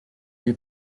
lui